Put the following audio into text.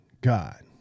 God